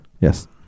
Yes